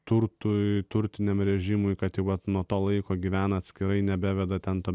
turtui turtiniam režimui kad vat nuo to laiko gyvena atskirai nebeveda tenka